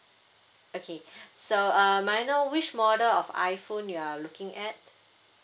okay so um may I know which model of iphone you are looking at